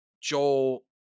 Joel